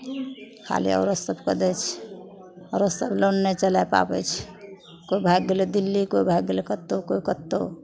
ओ खाली औरतसभकेँ दै छै औरतसभ लोन नहि चला पाबै छै कोइ भागि गेलै दिल्ली कोइ भागि गेलै कतहु कोइ कतहु